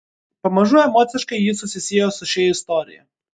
pamažu emociškai ji susisiejo su šia istorija